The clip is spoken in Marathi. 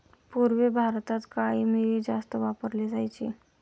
पूर्वी भारतात काळी मिरी जास्त वापरली जायची